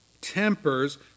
tempers